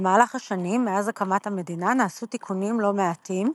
במהלך השנים מאז הקמת המדינה נעשו תיקונים לא מעטים,